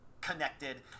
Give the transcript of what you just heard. connected